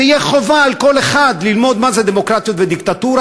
שתהיה חובה על כל אחד ללמוד מה זה דמוקרטיה ודיקטטורה.